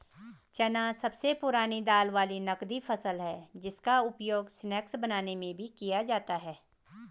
चना सबसे पुरानी दाल वाली नगदी फसल है जिसका उपयोग स्नैक्स बनाने में भी किया जाता है